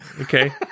Okay